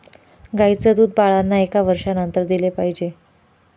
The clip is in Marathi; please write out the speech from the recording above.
गाईचं दूध बाळांना एका वर्षानंतर दिले पाहिजे